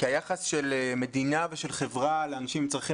היחס של מדינה ושל חברה לאנשים עם צרכים